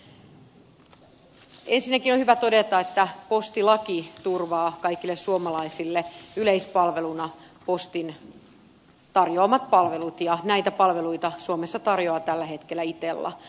ensinnäkin on hyvä todeta että postilaki turvaa kaikille suomalaisille yleispalveluna postin tarjoamat palvelut ja näitä palveluita suomessa tarjoaa tällä hetkellä itella